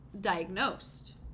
diagnosed